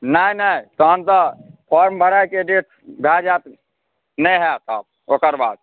नहि नहि तहन तऽ फॉर्म भराएके डेट भऽ जाएत नहि हैत आब ओकर बाद